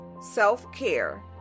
self-care